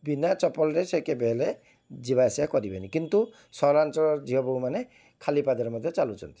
ବିନା ଚପଲରେ ସେ କେବେ ହେଲେ ଯିବା ଆସିବା କରିବେନି କିନ୍ତୁ ସହରାଞ୍ଚଳର ଝିଅ ବୋହୂମାନେ ଖାଲି ପଦରେ ମଧ୍ୟ ଚାଲୁଛନ୍ତି